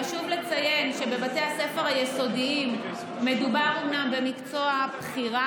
חשוב לציין שבבתי הספר היסודיים מדובר אומנם במקצוע בחירה,